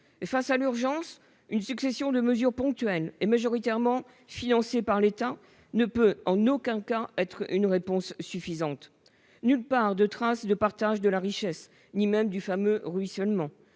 Face à l'urgence, une succession de mesures ponctuelles et majoritairement financées par l'État ne peut en aucun cas constituer une réponse suffisante. On ne trouve nulle part trace de partage de la richesse ni même du fameux « ruissellement